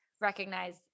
recognize